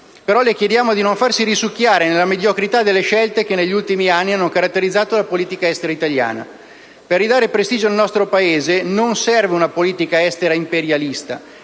Però le chiediamo di non farsi risucchiare dalla mediocrità delle scelte che negli ultimi anni hanno caratterizzato la politica estera italiana. Per ridare prestigio al nostro Paese non serve un politica estera imperialista,